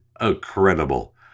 Incredible